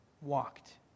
walked